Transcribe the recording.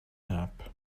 nap